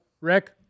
Rick